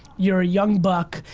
you're a young buck,